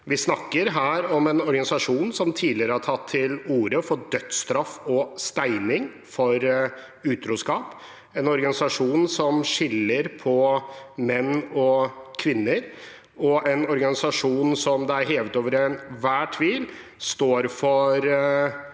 Vi snakker her om en organisasjon som tidligere har tatt til orde for dødsstraff og steining for utroskap, en organisasjon som skiller på menn og kvinner, en organisasjon det er hevet over enhver tvil at står for en av